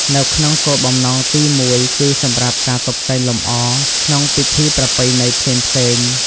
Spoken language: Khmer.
នៅក្នុងគោលបំណងទីមួយ គឺសម្រាប់ ការតុបតែងលម្អ ក្នុងពិធីប្រពៃណីផ្សេងៗ។